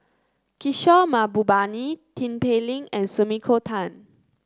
Kishore Mahbubani Tin Pei Ling and Sumiko Tan